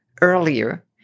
earlier